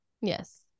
Yes